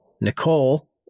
Nicole